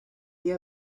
idea